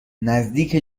نزدیک